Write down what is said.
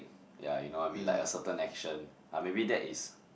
ya you know what I mean like a certain action uh maybe that is